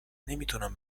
نمیتونم